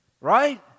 Right